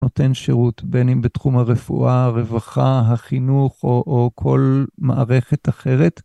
נותן שירות בין אם בתחום הרפואה, הרווחה, החינוך או כל מערכת אחרת.